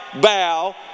bow